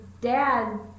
dad